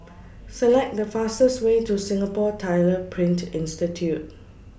Select The fastest Way to Singapore Tyler Print Institute